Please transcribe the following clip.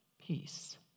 peace